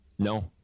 No